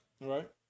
right